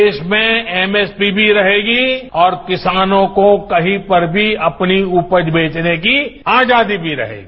देश में एमएसपी भी रहेगी और किसानों को कहीं पर भी अपनी उपज बेचने की आजादी भी रहेगी